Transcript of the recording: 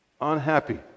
unhappy